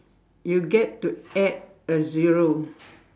you get to add a zero